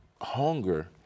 hunger